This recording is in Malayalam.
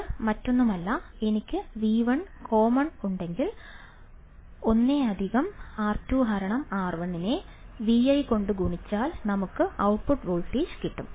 ഇത് മറ്റൊന്നുമല്ല എനിക്ക് V1 കോമൺ ഉണ്ടെങ്കിൽ 1 R2R1 നെ Vi കൊണ്ട് ഗുണിച്ചാൽ നമുക്ക് ഔട്ട്പുട്ട് വോൾട്ടേജ് കിട്ടും